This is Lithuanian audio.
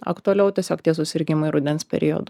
aktualiau tiesiog tie susirgimai rudens periodu